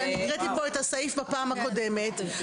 שקראתי פה את הסעיף בפעם הקודמת,